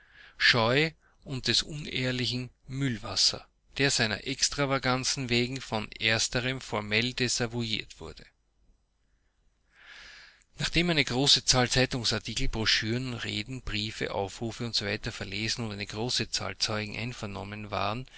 scheu und des unehrlichen mühlwasser der seiner extravaganzen wegen von ersterem formell desavouiert wurde nachdem eine große zahl zeitungsartikel broschüren reden briefe aufrufe usw verlesen und eine große anzahl zeugen vernommen waren